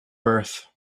birth